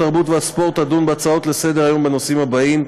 התרבות והספורט תדון בהצעות לסדר-היום בנושאים האלה: